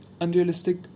unrealistic